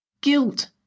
guilt